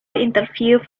interviewed